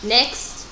Next